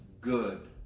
good